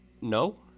No